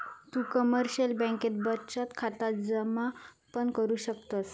तु कमर्शिअल बँकेत बचत खाता जमा पण करु शकतस